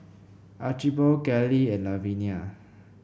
Archibald Kellie and Lavenia